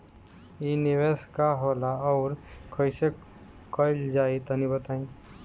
इ निवेस का होला अउर कइसे कइल जाई तनि बताईं?